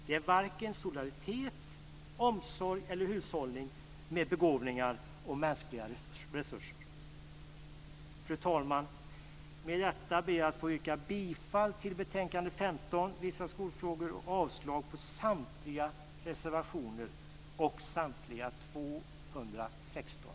Det är varken solidaritet, omsorg eller hushållning med begåvningar och mänskliga resurser. Fru talman! Med detta ber jag att få yrka bifall till hemställan i betänkande 15, Vissa skolfrågor, och avslag på samtliga reservationer och samtliga 216